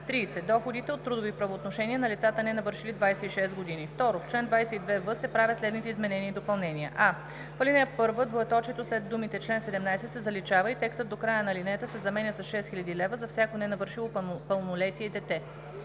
„30. доходите от трудови правоотношения на лицата, ненавършили 26 години.“ 2. В чл. 22в се правят следните изменения и допълнения: а) в ал. 1 двоеточието след думите „чл. 17“ се заличава и текстът до края на алинеята се заменя с „6000 лв. за всяко ненавършило пълнолетие дете“;